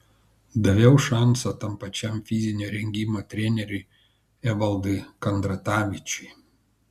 daviau šansą tam pačiam fizinio rengimo treneriui evaldui kandratavičiui